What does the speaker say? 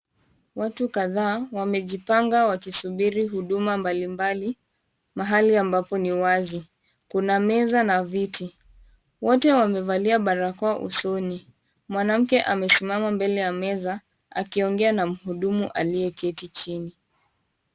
Watu kadhaa wamejipanga wakisubiri huduma mbalimbali, mahali ambapo ni wazi. Kuna meza na viti. Wote wamevalia barakoa usoni. Mwanamke amesimama mbele ya meza, akiongea na muhudumu aliyeketi chini.